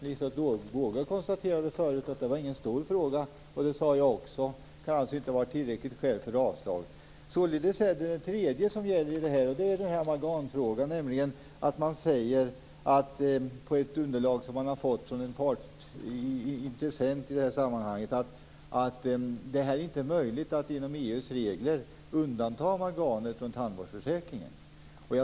Liselotte Wågö konstaterade förut att det inte är någon stor fråga. Det sade också jag. Det kan inte ha varit tillräckligt skäl för att yrka avslag på propositionen. Således är det tredje skälet avgörande, och det är amalgamfrågan. Kristdemokraterna säger på ett underlag som man har fått från en intressent i det här sammanhanget att det genom EU:s regler inte är möjligt att undanta amalgamet från tandvårdsförsäkringen.